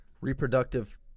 reproductive